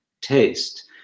taste